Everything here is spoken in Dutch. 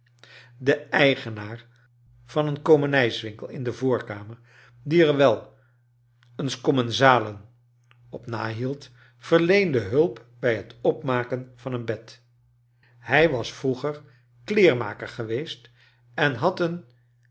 de eigenaar van een komenijswinkel in de voorkamer die er wel eens commensalen op nahield verleende hulp bij het opmaken van een bed hij was vroeger kleermaker geweest en had een